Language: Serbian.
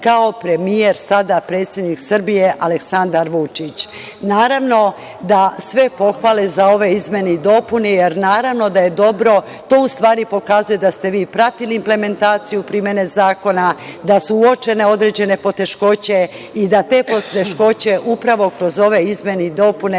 kao premijer, sada predsednik Srbije Aleksandar Vučić. Naravno, da sve pohvale za ove izmene i dopune, jer naravno da je dobro, to u stvari pokazuje da ste vi pratili implementaciju primene zakona, da su uočene određene poteškoće i da te poteškoće upravo kroz ove izmene i dopune